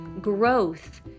growth